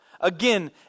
Again